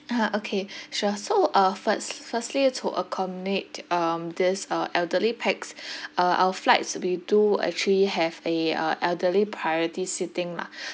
ah okay sure so uh first~ firstly to accommodate um this uh elderly pax uh our flights we do actually have a uh elderly priority seating lah